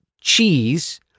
cheese